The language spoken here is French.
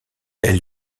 elle